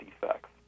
defects